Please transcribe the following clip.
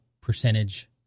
percentage